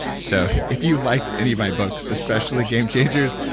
so if you liked any of my books, especially game changers,